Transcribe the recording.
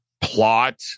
plot